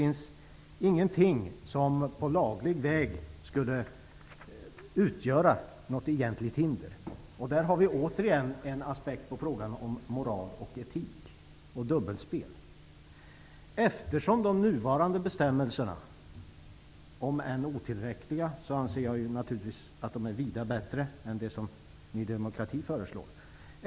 Ingenting skulle på laglig väg utgöra något hinder. Här har vi återigen en aspekt på frågan om moral, etik och dubbelspel. Jag anser att de nuvarande bestämmelserna, om än otillräckliga, är vida bättre än dem som Ny demokrati föreslår.